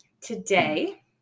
today